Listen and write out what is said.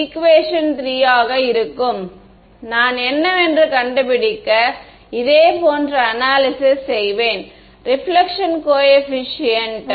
equation 3 ஆக இருக்கும் நான் என்னவென்று கண்டுபிடிக்க இதே போன்ற அனாலிசிஸ் செய்வேன் ரிபிலக்ஷன் கோஏபிசியன்ட்